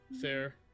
Fair